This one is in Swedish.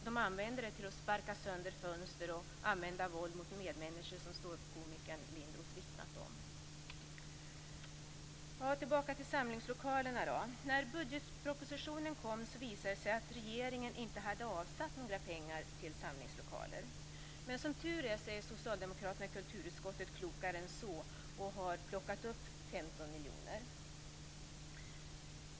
De använder den till att sparka sönder fönster och till att använda våld mot medmänniskor, som stå-uppkomikern Lasse Lindroth vittnat om. Tillbaka till samlingslokalerna. När budgetpropositionen kom visade det sig att regeringen inte hade avsatt några pengar till samlingslokaler. Som tur är, är socialdemokraterna i kulturutskottet klokare än så och har plockat upp 15 miljoner.